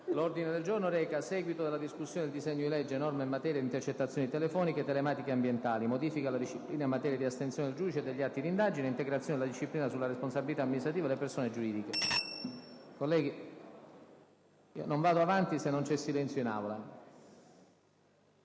ordine del giorno: Seguito della discussione dei disegni di legge: Norme in materia di intercettazioni telefoniche, telematiche e ambientali. Modifica della disciplina in materia di astensione del giudice e degli atti di indagine. Integrazione della disciplina sulla responsabilita` amministrativa delle persone giuridiche (1611) (Approvato dalla Camera dei deputati).